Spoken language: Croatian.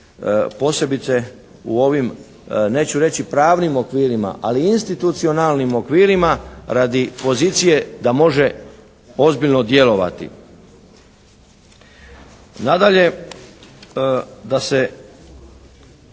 posebice u ovim neću reći pravnim okvirima, ali institucionalnim okvirima radi pozicije da može ozbiljno djelovati. Nadalje, da se